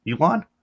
Elon